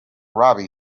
robbie